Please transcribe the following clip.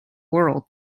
world